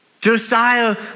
Josiah